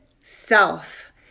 self